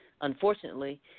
unfortunately